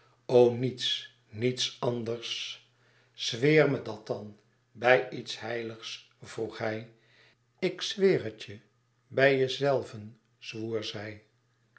niets niets anders zweer me dat dan bij iets heiligs vroeg hij ik zweer het je bij jezelven zwoer zij